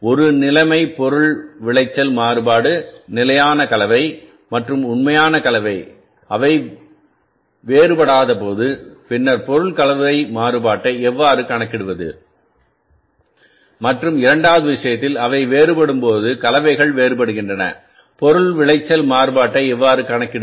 ஒரு நிலைமை பொருள் விளைச்சல் மாறுபாடு நிலையான கலவை மற்றும் உண்மையான கலவை அவை வேறுபடாதபோது பின்னர் பொருள் கலவை மாறு பாட்டை எவ்வாறு கணக்கிடுவது மற்றும் இரண்டாவது விஷயத்தில் அவை வேறுபடும்போது கலவைகள் வேறுபடுகின்றன பொருள் விளைச்சல் மாறுபாட்டை எவ்வாறு கணக்கிடுவது